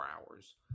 hours